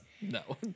No